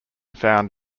found